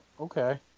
Okay